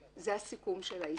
דבר.